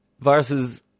viruses